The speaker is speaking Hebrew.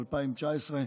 2019,